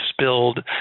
spilled